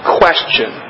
question